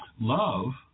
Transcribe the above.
love